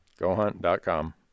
Gohunt.com